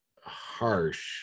harsh